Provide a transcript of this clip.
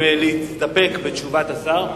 אם להסתפק בתשובת השר,